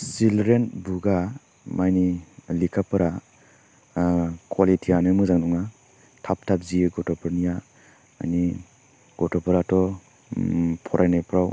children बुकआ मानि लेखाफोरा कुवालिटियानो मोजां नङा थाब थाब जियो गथ'फोरनिया मानि गथ'फोराथ' फरायनायफ्राव